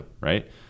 right